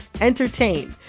entertain